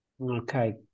Okay